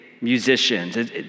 musicians